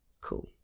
cool